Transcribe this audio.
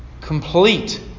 complete